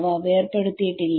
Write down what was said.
അവ വേർപെടുത്തിയിട്ടില്ല